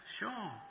sure